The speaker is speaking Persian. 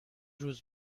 روز